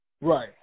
Right